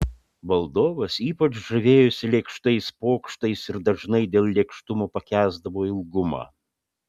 valdovas ypač žavėjosi lėkštais pokštais ir dažnai dėl lėkštumo pakęsdavo ilgumą